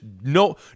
no